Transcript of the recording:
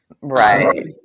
right